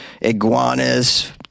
iguanas